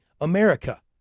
America